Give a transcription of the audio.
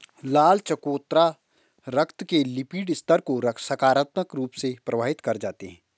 लाल चकोतरा रक्त के लिपिड स्तर को सकारात्मक रूप से प्रभावित कर जाते हैं